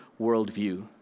worldview